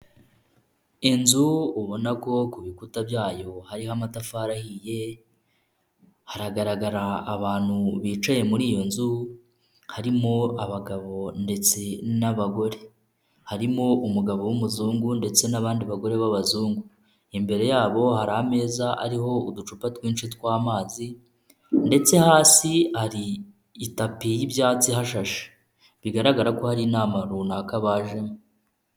Inzu ubona ko ku bikuta byayo hariho amatafari ahiye, hagaragara abantu bicaye muri iyo nzu harimo abagabo ndetse n'abagore, harimo umugabo w'umuzungu ndetse n'abandi bagore b'abazungu, imbere yabo hari ameza ariho uducupa twinshi tw'amazi ndetse hasi hari itapi y'ibyatsi ihashashe, bigaragara ko hari intama runaka bajemo.